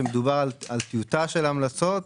שמדובר על טיוטה של המלצות,